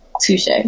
touche